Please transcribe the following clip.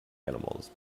animals